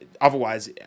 otherwise